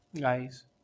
guys